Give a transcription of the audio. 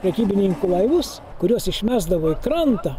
prekybininkų laivus kuriuos išmesdavo į krantą